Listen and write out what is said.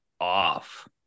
off